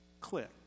click